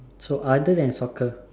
so other than soccer